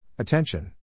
Attention